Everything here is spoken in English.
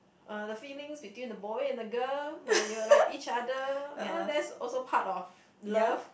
uh the feelings between the boy and the girl like you will like each other ya that's also part of love